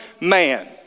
man